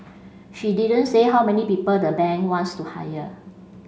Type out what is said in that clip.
she didn't say how many people the bank wants to hire